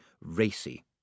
racy